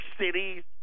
cities